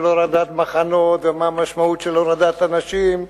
הורדת מחנות ומה המשמעות של הורדת אנשים,